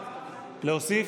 להוסיף?